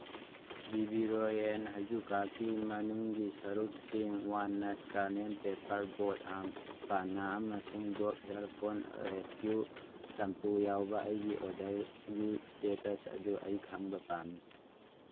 B ꯕꯤ ꯔꯦꯌꯦꯟ ꯍꯩꯖꯨꯀꯥꯛꯀꯤ ꯃꯅꯨꯡꯒꯤ ꯁꯔꯨꯛꯁꯤꯡ ꯋꯥꯟꯅꯠ ꯀꯔꯅꯦꯟ ꯄꯦꯄꯔ ꯕꯣꯠ ꯑꯥꯝ ꯄꯥꯟꯅꯥ ꯑꯃꯁꯨꯡ ꯗꯣꯞ ꯍꯤꯌꯥꯔ ꯐꯣꯟ ꯔꯦꯁꯀ꯭ꯌꯨ ꯁꯝꯄꯨ ꯌꯥꯎꯕ ꯑꯩꯒꯤ ꯑꯣꯔꯗꯔꯒꯤ ꯏꯁꯇꯦꯇꯁ ꯑꯗꯨ ꯑꯩ ꯈꯪꯕ ꯄꯥꯝꯃꯤ